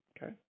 Okay